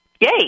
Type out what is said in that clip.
Yay